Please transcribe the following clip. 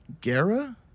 Guerra